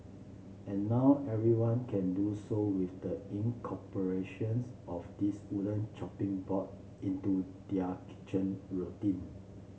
and now everyone can do so with the incorporations of this wooden chopping board into their kitchen routine